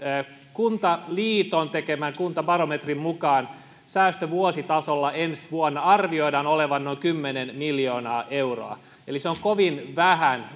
kuntaliiton tekemän kuntabarometrin mukaan säästön arvioidaan olevan vuositasolla ensi vuonna noin kymmenen miljoonaa euroa eli se on kovin vähän